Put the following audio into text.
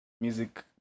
Music